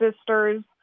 sisters